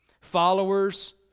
Followers